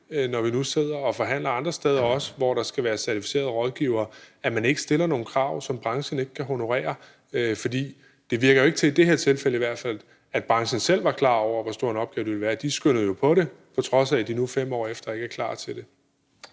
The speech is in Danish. når vi nu sidder og forhandler også andre steder, hvor der skal være certificerede rådgivere, altså at man ikke stiller nogle krav, som branchen ikke kan honorere. For i det her tilfælde virker det i hvert fald ikke til, branchen selv var klar over, hvor stor en opgave det ville være. De skyndede jo på det, på trods af at de nu 5 år efter ikke er klar til det.